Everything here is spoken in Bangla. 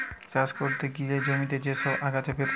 চাষ করতে গিয়ে জমিতে যে সব আগাছা বেরতিছে